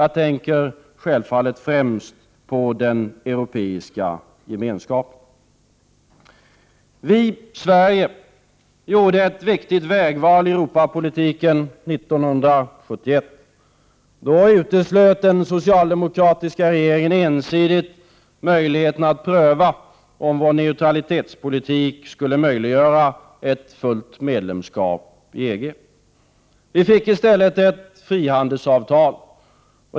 Jag tänker självfallet främst på Europeiska gemenskapen. Vii Sverige gjorde ett viktigt vägval i Europapolitiken 1971. Då uteslöt den socialdemokratiska regeringen ensidigt möjligheterna att pröva om vår neutralitetspolitik skulle möjliggöra fullt medlemskap i EG. Vi fick i stället ett frihandelsavtal.